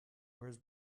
whereas